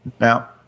Now